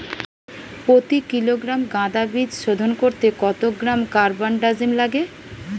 প্রতি কিলোগ্রাম গাঁদা বীজ শোধন করতে কত গ্রাম কারবানডাজিম লাগে?